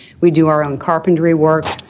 we do our own carpentry work.